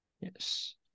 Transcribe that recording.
yes